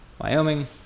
Wyoming